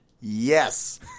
Yes